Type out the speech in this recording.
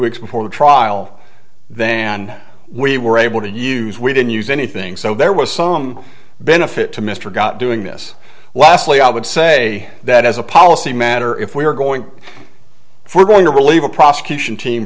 weeks before the trial than we were able to use we didn't use anything so there was some benefit to mr got doing this lastly i would say that as a policy matter if we were going for going to relieve a prosecution team